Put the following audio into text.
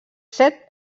set